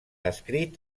escrit